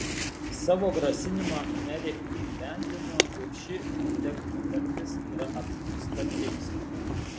savo grasinimą merė įgyvendino ir ši vtek nutartis yra apskųsta teismui